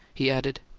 he added,